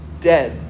dead